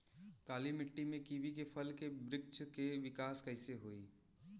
काली मिट्टी में कीवी के फल के बृछ के विकास कइसे होई?